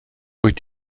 wyt